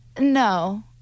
No